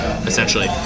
essentially